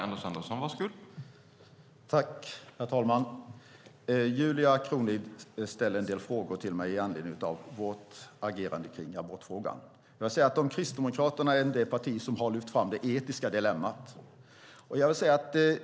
Herr talman! Julia Kronlid ställer en del frågor till mig med anledning av vårt agerande i abortfrågan. Kristdemokraterna är det parti som har lyft fram det etiska dilemmat.